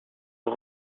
aux